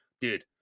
dude